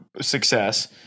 success